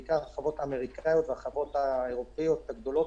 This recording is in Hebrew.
בעיקר חברות אמריקניות וחברות אירופיות גדולות,